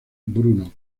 bruno